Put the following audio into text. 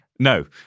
No